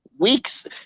Weeks